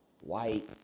White